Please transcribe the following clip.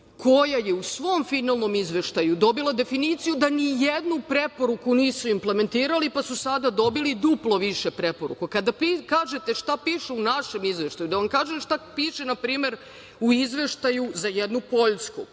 koja je u svom finalnom izveštaju dobila definiciju da ni jednu preporuku nisu implementirali pa su sada dobili duplo više preporuka. Kada vi kažete šta piše u našem izveštaju, da vam kažem šta piše, na primer, u izveštaju za jednu Poljsku